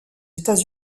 états